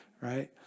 right